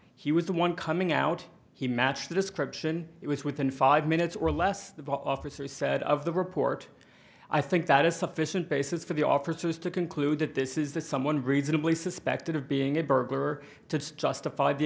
he was the one coming out he matched the description it was within five minutes or less the officer said of the report i think that is sufficient basis for the officers to conclude that this is the someone reasonably suspected of being a burglar to justify the